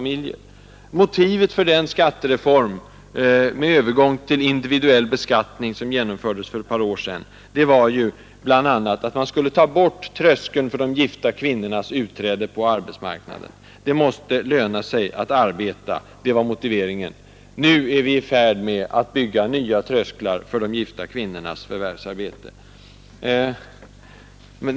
Motivet för den skattereform med övergång till individuell beskattning, som beslöts för ett par år sedan, var ju bl.a. att man skulle ta bort tröskeln för de gifta kvinnor som vill ge sig ut på arbetsmarknaden. Det måste löna sig att arbeta, det var motiveringen. Nu är vi i färd med att bygga nya trösklar för de gifta kvinnornas förvärvsarbete.